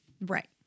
Right